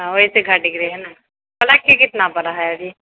ओएहसँ घटि गेलै हँ ने पलकके कितना पड़ै है अभी